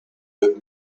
with